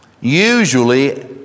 usually